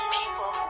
people